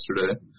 yesterday